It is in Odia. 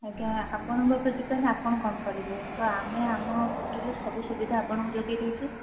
ଆଜ୍ଞା ଆପଣଙ୍କ ଉପରେ ଡିପେଣ୍ଡ୍ ଆପଣ କ'ଣ କରିବେ ତ ଆମେ ଆମ କତିରୁ ସବୁ ସୁବିଧା ଆପଣଙ୍କୁ ଯୋଗାଇ ଦେଇଛୁ